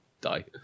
die